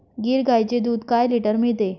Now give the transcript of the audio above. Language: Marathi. गीर गाईचे दूध काय लिटर मिळते?